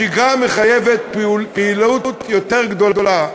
השגרה מחייבת פעילות יותר גדולה.